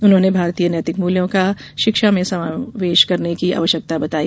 उन्होंने भारतीय नैतिक मूल्यों का शिक्षा में समावेश करने की आवश्यकता बताई